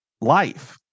life